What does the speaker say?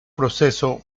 proceso